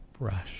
brush